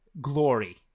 glory